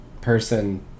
person